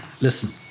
listen